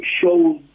shows